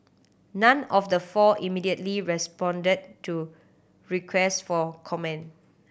none of the four immediately responded to request for comment